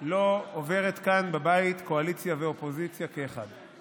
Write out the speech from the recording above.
לא עוברת כאן בבית קואליציה ואופוזיציה כאחד.